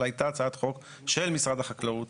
אבל הייתה הצעת חוק של משרד החקלאות